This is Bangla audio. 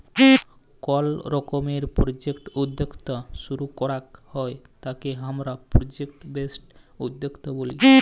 কল রকমের প্রজেক্ট উদ্যক্তা শুরু করাক হ্যয় তাকে হামরা প্রজেক্ট বেসড উদ্যক্তা ব্যলি